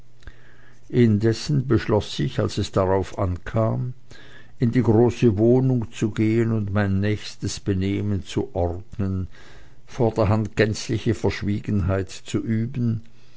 indessen beschloß ich als es darauf ankam in die große wohnstube zu gehen und mein nächstes benehmen zu ordnen vorderhand gänzliche verschwiegenheit zu üben